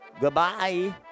Goodbye